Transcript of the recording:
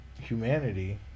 humanity